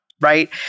right